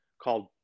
called